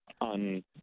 on